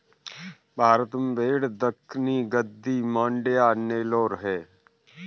भारत में भेड़ दक्कनी, गद्दी, मांड्या, नेलोर है